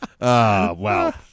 Wow